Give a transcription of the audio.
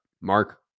Mark